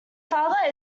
father